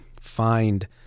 find